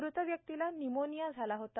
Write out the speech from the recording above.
मृत व्यक्तीला निमोनिया झाला होता